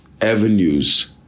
Avenues